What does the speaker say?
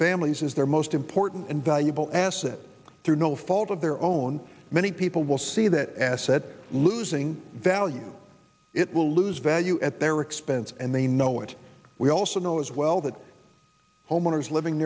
families is their most important and valuable asset through no fault of their own many people will see that asset losing value it will lose value at their expense and they know it we also know as well that homeowners living